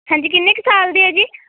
ਹਾਂਜੀ ਕਿੰਨੇ ਕੁ ਸਾਲ ਦੇ ਆ ਜੀ